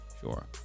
sure